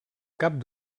cap